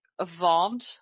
evolved